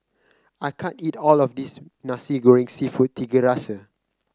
I can't eat all of this Nasi Goreng seafood Tiga Rasa